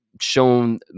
shown